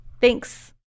thanks